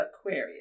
Aquarius